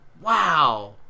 Wow